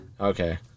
Okay